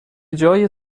جای